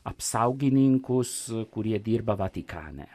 apsaugininkus kurie dirba vatikane